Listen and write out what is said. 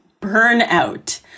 burnout